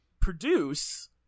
produce